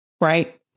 right